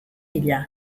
hila